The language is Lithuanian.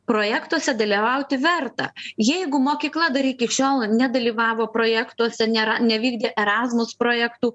projektuose dalyvauti verta jeigu mokykla dar iki šiol nedalyvavo projektuose nėra nevykdė erasmus projektų